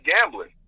gambling